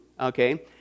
okay